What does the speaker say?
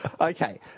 Okay